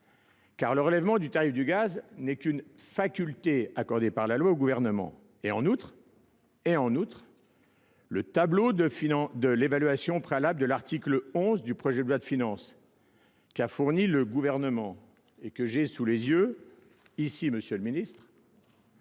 car le relèvement du tarif du gaz n'est qu'une faculté accordée par la loi au gouvernement, et en outre, et en outre, Le tableau de l'évaluation préalable de l'article 11 du projet de loi de finances qu'a fourni le gouvernement et que j'ai sous les yeux ici monsieur le ministre,